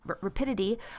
rapidity